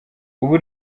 ubu